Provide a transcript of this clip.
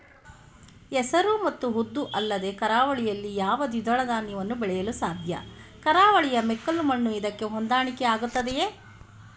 ಹೆಸರು ಮತ್ತು ಉದ್ದು ಅಲ್ಲದೆ ಕರಾವಳಿಯಲ್ಲಿ ಯಾವ ದ್ವಿದಳ ಧಾನ್ಯವನ್ನು ಬೆಳೆಯಲು ಸಾಧ್ಯ? ಕರಾವಳಿಯ ಮೆಕ್ಕಲು ಮಣ್ಣು ಇದಕ್ಕೆ ಹೊಂದಾಣಿಕೆ ಆಗುತ್ತದೆಯೇ?